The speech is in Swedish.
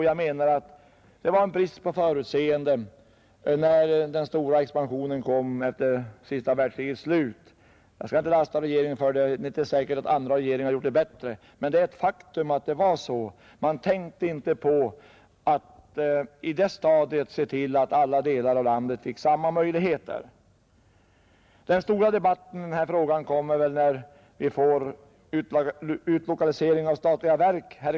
Jag anser att man visade brist på förutseende när den stora expansionen kom efter det senaste världskriget. Jag skall inte lasta regeringen för detta — det är inte säkert att en annan regering hade gjort det bättre — men det är ett faktum att det var så. Man tänkte i det stadiet inte på att se till att alla delar av landet fick samma möjligheter. Den stora debatten kommer väl här i kammaren när vi skall ta upp frågan om utlokaliseringen av statliga verk.